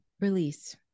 Release